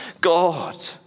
God